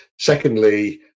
Secondly